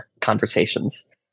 conversations